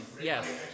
Yes